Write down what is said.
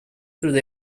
through